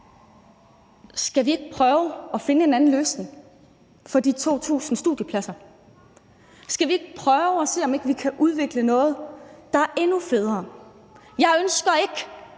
Skal vi ikke prøve at finde en anden løsning for de 2.000 studiepladser? Skal vi ikke prøve at se, om vi kan udvikle noget, der er endnu federe? Jeg ønsker ikke